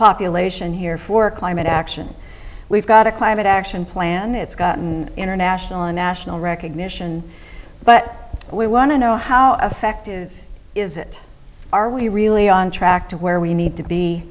population here for climate action we've got a climate action plan it's gotten international and national recognition but we want to know how effective is it are we really on track to where we need to be